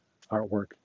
artwork